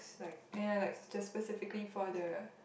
it's like ya like just specifically for the